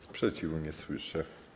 Sprzeciwu nie słyszę.